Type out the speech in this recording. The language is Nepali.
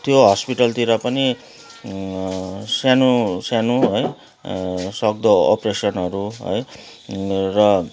त्यो हस्पिटलतिर पनि सानो सानो है सक्दो अप्रेसनहरू है र